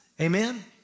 amen